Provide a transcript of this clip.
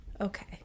okay